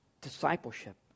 discipleship